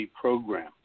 program